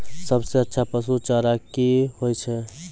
सबसे अच्छा पसु चारा की होय छै?